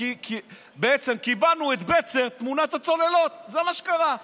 בעצם קיבלנו את בצר תמורת הצוללות, זה מה שקרה.